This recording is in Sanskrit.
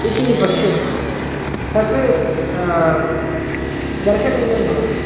इति पश्यन्ति तद् दर्शनीयं भवति